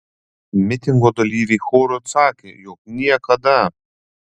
mitingo dalyviai choru atsakė jog niekada